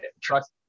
trust